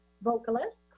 vocalist